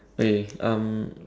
okay um